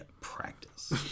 practice